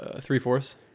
three-fourths